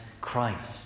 Christ